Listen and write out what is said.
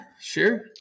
sure